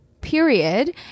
period